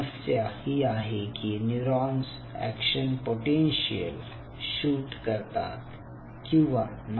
समस्या ही आहे की न्यूरॉन्स एक्शन पोटेन्शियल शूट करतात किंवा नाही